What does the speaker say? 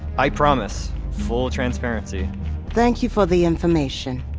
i promise. full transparency thank you for the information.